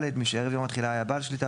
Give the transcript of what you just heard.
מי שערב יום התחילה היה בעל שליטה